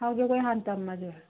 ꯍꯥꯎ ꯖꯒꯣꯏ ꯍꯥꯟꯅ ꯇꯝꯃꯁꯦ